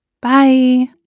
Bye